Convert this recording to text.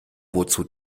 wozu